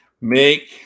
Make